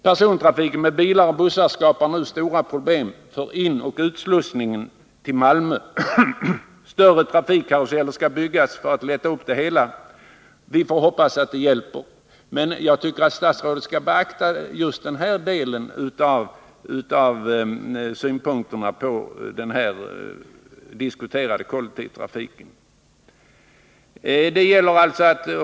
Persontrafiken med bilar och bussar skapar nu stora problem för inoch utslussningen i Malmö. Större trafikkaruseller skall byggas för att lätta upp det hela. Vi hoppas att det hjälper, men jag tycker att statsrådet skall beakta just dessa synpunkter på kollektivtrafiken.